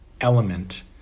element